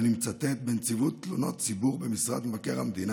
ואני מצטט: "בנציבות תלונות הציבור במשרד מבקר המדינה